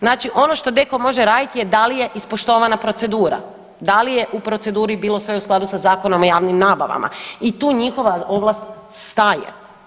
Znači ono što DKOM može raditi je da li je ispoštovana procedura, da li je u proceduri bilo sve u skladu sa Zakonom o javnim nabavama i tu njihova ovlast staje.